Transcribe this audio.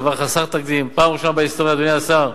דבר חסר תקדים, פעם ראשונה בהיסטוריה, אדוני השר,